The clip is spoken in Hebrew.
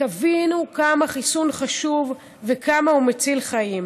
תבינו כמה החיסון חשוב וכמה הוא מציל חיים.